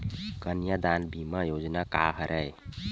कन्यादान बीमा योजना का हरय?